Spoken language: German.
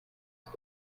ist